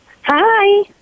Hi